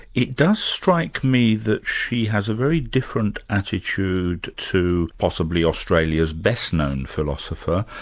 it does strike me that she has a very different attitude to possibly australia's best-known philosopher,